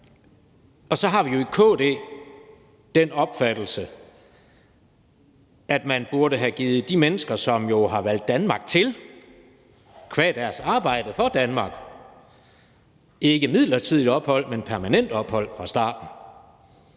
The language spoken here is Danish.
Og så har vi i KD jo den opfattelse, at man burde have givet de mennesker, som jo har valgt Danmark til qua deres arbejde for Danmark, ikke midlertidigt ophold, men permanent ophold fra starten.